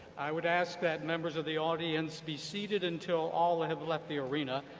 i would ask that members of the audience be seated until all ah have left the arena.